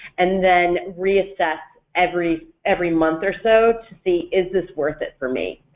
and then reassess every every month or so to see is this worth it for me?